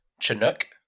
Chinook